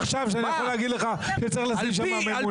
יש עשר עיריות עכשיו שאני יכול להגיד לך שצריך לשים שם ממונה.